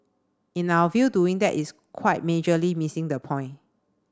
in our view doing that is quite majorly missing the point